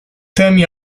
temi